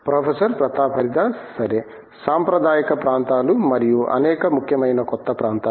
professor Pratap Haridas సరే సాంప్రదాయ ప్రాంతాలు మరియు అనేక ముఖ్యమైన కొత్త ప్రాంతాలు